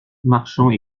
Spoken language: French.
marchands